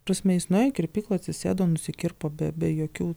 prasme jis nuėjo į kirpyklą atsisėdo nusikirpo be be jokių